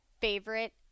favorite